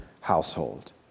household